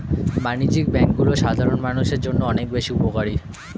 বাণিজ্যিক ব্যাংকগুলো সাধারণ মানুষের জন্য অনেক বেশি উপকারী